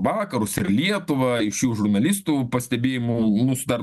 vakarus ir lietuvą iš jų žurnalistų pastebėjimų mūsų dar